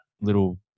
little